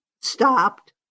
stopped